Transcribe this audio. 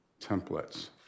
templates